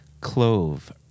clove